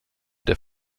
der